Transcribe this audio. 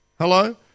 Hello